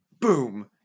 Boom